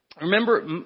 remember